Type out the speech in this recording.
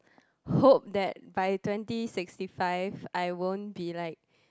hope that by twenty sixty five I won't be like